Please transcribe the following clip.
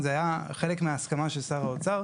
זה היה חלק מההסכמה של שר האוצר.